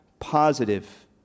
positive